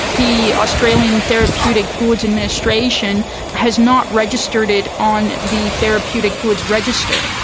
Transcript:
the australian therapeutic goods administration has not registered it on the therapeutic goods register.